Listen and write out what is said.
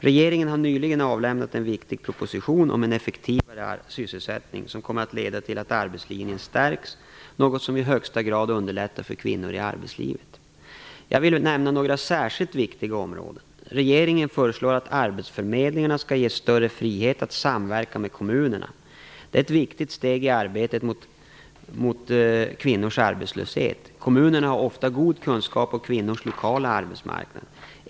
Regeringen har nyligen avlämnat en viktig proposition om en effektivare sysselsättning som kommer att leda till att arbetslinjen stärks, något som i högsta grad underlättar för kvinnor i arbetslivet. Jag vill nämna några särskilt viktiga områden. Regeringen föreslår att arbetsförmedlingarna skall ges större frihet att samverka med kommunerna. Det är ett viktigt steg i arbetet mot kvinnors arbetslöshet. Kommunerna har ofta god kunskap om kvinnors lokala arbetsmarknad.